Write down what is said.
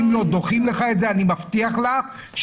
ואם לא אז דוחים לך את זה אני מבטיח לך שכל